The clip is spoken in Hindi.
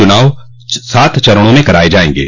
चुनाव सात चरणों में कराये जायेंगे